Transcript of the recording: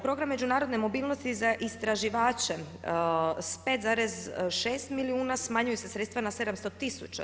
Program međunarodne mobilnosti za istraživače s 5,6 milijuna smanjuju se sredstva na 700 000.